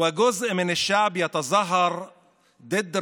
החלטתי לדבר